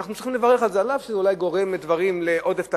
אנחנו צריכים לברר את הדברים האלה,